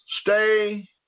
Stay